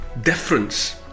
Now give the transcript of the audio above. difference